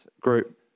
group